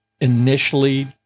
initially